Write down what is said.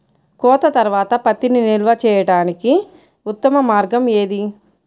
కోత తర్వాత పత్తిని నిల్వ చేయడానికి ఉత్తమ మార్గం ఏది?